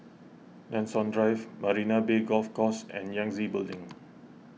Nanson Drive Marina Bay Golf Course and Yangtze Building